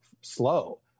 slow